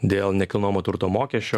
dėl nekilnojamo turto mokesčio